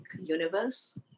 universe